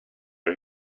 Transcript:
are